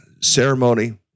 Ceremony